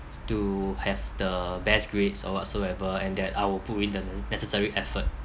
to have the best grades or whatsoever and then I will put in the ne~ necessary effort